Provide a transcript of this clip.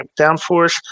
downforce